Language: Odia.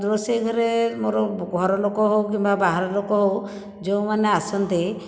ରୋଷେଇ ଘରେ ମୋର ଘରଲୋକ ହେଉ କିମ୍ବା ବାହାର ଲୋକ ହେଉ ଯେଉଁମାନେ ଆସନ୍ତି